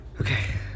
Okay